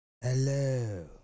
hello